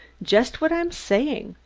just what i'm saying,